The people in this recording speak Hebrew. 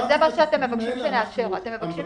המבקר